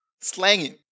Slanging